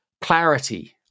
clarity